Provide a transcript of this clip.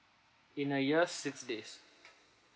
in a year six days